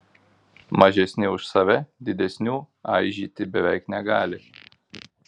mažesni už save didesnių aižyti beveik negali